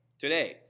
today